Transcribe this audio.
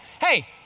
Hey